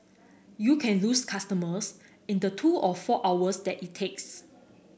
you can lose customers in the two or four hours that it takes